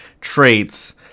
traits